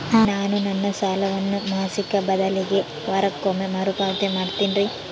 ನಾನು ನನ್ನ ಸಾಲವನ್ನು ಮಾಸಿಕ ಬದಲಿಗೆ ವಾರಕ್ಕೊಮ್ಮೆ ಮರುಪಾವತಿ ಮಾಡ್ತಿನ್ರಿ